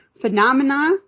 phenomena